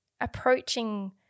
approaching